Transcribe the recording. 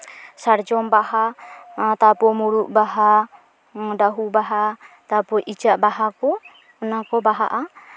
ᱥᱟᱨᱡᱚᱢ ᱵᱟᱦᱟ ᱛᱟᱨᱯᱚᱨ ᱢᱩᱨᱩᱫ ᱵᱟᱦᱟ ᱵᱟᱹᱦᱩ ᱵᱟᱦᱟ ᱛᱟᱨᱯᱚᱨ ᱤᱪᱟᱹᱜ ᱵᱟᱦᱟ ᱠᱚ ᱚᱱᱟᱠᱚ ᱵᱟᱦᱟᱜᱼᱟ